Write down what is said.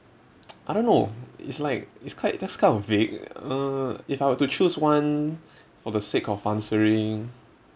I don't know it's like it's quite that's kind of vague uh if I were to choose one for the sake of answering